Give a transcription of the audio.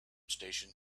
station